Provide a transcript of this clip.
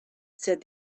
said